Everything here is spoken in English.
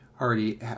already